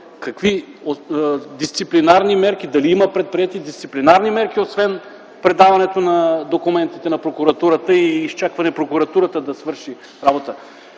какви дисциплинарни мерки има, ако има предприети, освен предаването на документите на прокуратурата и изчакване прокуратурата да свърши работата.